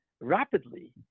rapidly